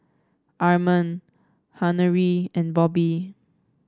Armand Henery and Bobbie